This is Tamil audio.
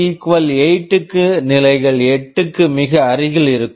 k 8 க்கு நிலைகள் 8 க்கு மிக அருகில் இருக்கும்